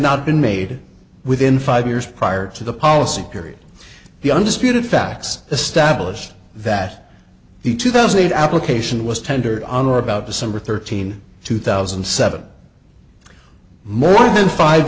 not been made within five years prior to the policy period the undisputed facts established that the two thousand application was tendered on or about december thirteenth two thousand and seven more than five